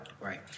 Right